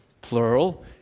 plural